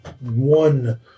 one